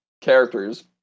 characters